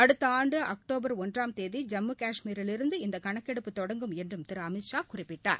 அடுத்த ஆண்டு அக்டோபர் ஒன்றாம் தேதி ஜம்மு கஷ்மீரிலிருந்து இந்த கணக்கெடுப்பு தொடங்கும் என்றும் திரு அமித்ஷா குறிப்பிட்டார்